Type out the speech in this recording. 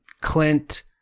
clint